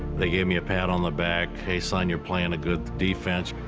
they gave me a pat on the back, hey, son, you're playing a good defense.